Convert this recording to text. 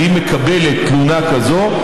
כשהיא מקבלת תלונה כזאת,